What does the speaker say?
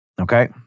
Okay